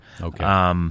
Okay